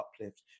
uplift